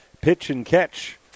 pitch-and-catch